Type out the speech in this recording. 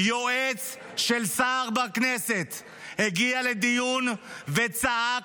יועץ של שר בכנסת הגיע לדיון וצעק,